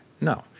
No